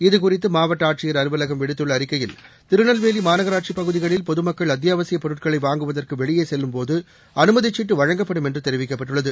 இது குறித்து மாவட்ட ஆட்சியர் அலுவலகம் விடுத்துள்ள அறிக்கையில் திருநெல்வேலி மாநகராட்சி பகுதிகளில் பொதுமக்கள் அத்தியாவசியப் பொருட்களை வாங்குவதற்கு வெளியே செல்லும்போது அனுமதிச்சீட்டு வழங்கப்படும் என்று தெரிவிக்கப்பட்டுள்ளது